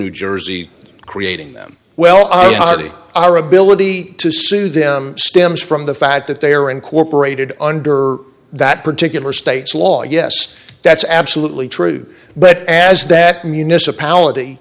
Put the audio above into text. new jersey creating them well i already our ability to sue them stems from the fact that they are incorporated under that particular state's law yes that's absolutely true but as that municipality